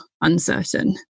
uncertain